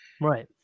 Right